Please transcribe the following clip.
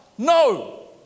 No